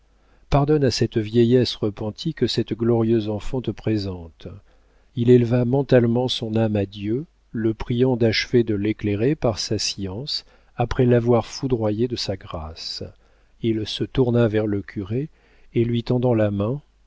pardonne à cette vieillesse repentie que cette glorieuse enfant te présente il éleva mentalement son âme à dieu le priant d'achever de l'éclairer par sa science après l'avoir foudroyé de sa grâce il se tourna vers le curé et lui tendant la main